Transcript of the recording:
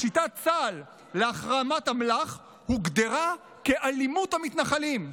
פשיטת צה"ל להחרמת אמל"ח הוגדרה כאלימות המתנחלים.